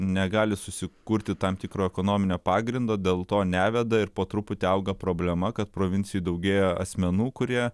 negali susikurti tam tikro ekonominio pagrindo dėl to neveda ir po truputį auga problema kad provincijoj daugėja asmenų kurie